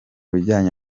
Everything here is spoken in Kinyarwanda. bijyanye